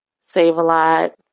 Save-A-Lot